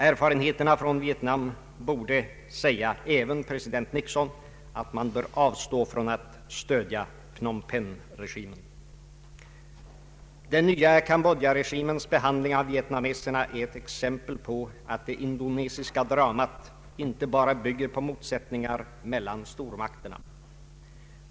Erfarenheterna från Vietnam borde säga även president Nixon att man bör avstå från att stödja Phnom Penh-regimen. Den nya Cambodja-regimens behandling av vietnameserna är ett exempel på att det indonesiska dramat inte bara bygger på motsättningar mellan stormakterna.